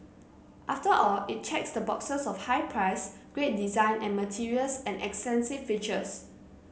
after all it checks the boxes of high price great design and materials and extensive features